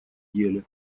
деле